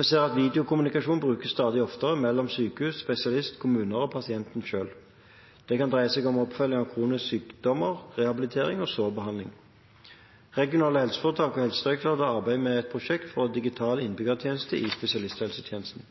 Vi ser at videokommunikasjon brukes stadig oftere mellom sykehus, spesialist, kommuner og pasienten selv. Det kan dreie seg om oppfølging av kroniske sykdommer, rehabilitering og sårbehandling. Regionale helseforetak og helsedirektørene vil arbeide med et prosjekt for digital innbyggertjeneste i spesialisthelsetjenesten.